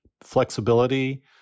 flexibility